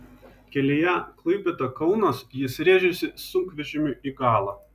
kelyje klaipėda kaunas jis rėžėsi sunkvežimiui į galą